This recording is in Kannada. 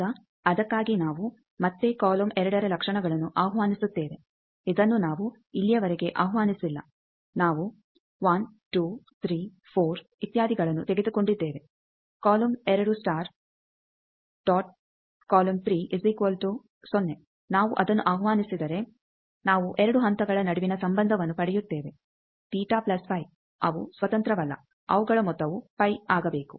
ಈಗ ಅದಕ್ಕಾಗಿ ನಾವು ಮತ್ತೆ ಕಾಲಮ್ 2ರ ಲಕ್ಷಣಗಳನ್ನು ಆಹ್ವಾನಿಸುತ್ತೇವೆ ಇದನ್ನು ನಾವು ಇಲ್ಲಿಯವರೆಗೆ ಆಹ್ವಾನಿಸಿಲ್ಲ ನಾವು ಇತ್ಯಾದಿಗಳನ್ನು ತೆಗೆದುಕೊಂಡಿದ್ದೇವೆ ಕಾಲಮ್ 2 ಸ್ಟಾರ್ ನಾವು ಅದನ್ನು ಆಹ್ವಾನಿಸಿದರೆ ನಾವು 2 ಹಂತಗಳ ನಡುವಿನ ಸಂಬಂಧವನ್ನು ಪಡೆಯುತ್ತೇವೆ ಅವು ಸ್ವತಂತ್ರವಲ್ಲ ಅವುಗಳ ಮೊತ್ತವು ಆಗಬೇಕು